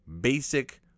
basic